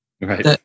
Right